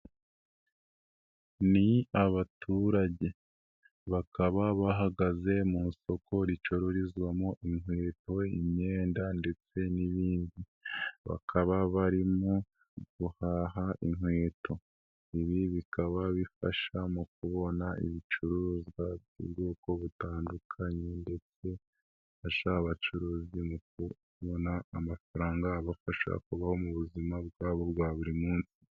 Ni abaturage ,bakaba bahagaze mu isoko ricururizwamo inkweto , imyenda ,ndetse n'ibindi . Bakaba barimo guhaha inkweto, ibi bikaba bifasha mu kubona ibicuruzwa by'ubwoko butandukanye , ndetse bifasha abacuruzi mu kubona amafaranga abafasha kubaho mu buzima bwabo bwa buri munsi.